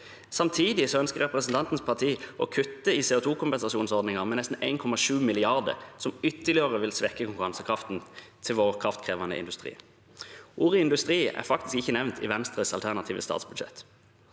Samtidig ønsker representantens parti å kutte i CO2-kompensasjonsordningen med nesten 1,7 mrd. kr, som ytterligere vil svekke konkurransekraften til vår kraftkrevende industri. Ordet «industri» er faktisk ikke nevnt i Venstres alternative statsbudsjett,